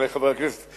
חברי חברי הכנסת,